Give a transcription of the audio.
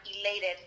elated